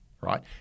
Right